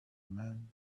man